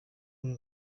ari